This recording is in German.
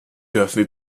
dürfen